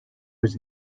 was